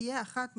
תהיה אחת מהן,